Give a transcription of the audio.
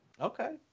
Okay